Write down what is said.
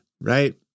right